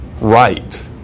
right